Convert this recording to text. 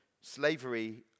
Slavery